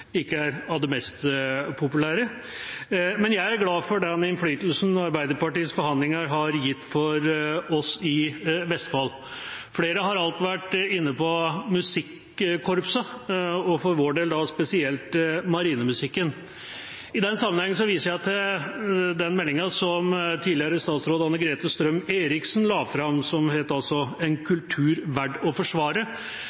ikke er av det mest populære. Men jeg er glad for den innflytelsen Arbeiderpartiets forhandlinger har gitt for oss i Vestfold. Flere har alt vært inne på musikkorpsene, og for vår del gjelder det spesielt marinemusikken. I den sammenheng viser jeg til den meldinga som tidligere statsråd Anne-Grete Strøm-Erichsen la fram, som het